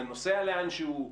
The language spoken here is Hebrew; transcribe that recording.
זה נוסע לאנשהו?